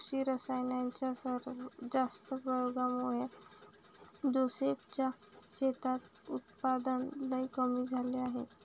कृषी रासायनाच्या जास्त प्रयोगामुळे जोसेफ च्या शेतात उत्पादन लई कमी झाले आहे